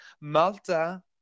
Malta